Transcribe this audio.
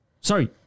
Sorry